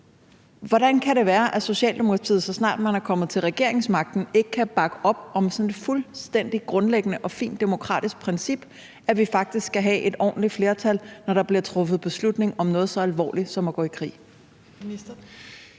Hvordan kan det være, at Socialdemokratiet, så snart man er kommet til regeringsmagten, ikke kan bakke op om sådan et fuldstændig grundlæggende og fint demokratisk princip om, at vi faktisk skal have et ordentligt flertal, når der bliver truffet beslutning om noget så alvorligt som at gå i krig?